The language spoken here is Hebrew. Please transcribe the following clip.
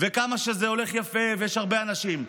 וכמה שזה הולך יפה ויש הרבה אנשים.